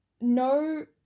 no